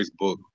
Facebook